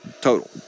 total